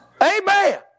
Amen